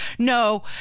No